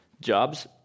jobs